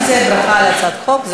אם זה ברכה על הצעת חוק,